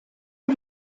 est